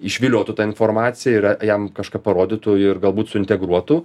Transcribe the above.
išviliotų tą informaciją yra jam kažką parodytų ir galbūt suintegruotų